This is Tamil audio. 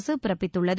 அரசு பிறப்பித்துள்ளது